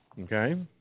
okay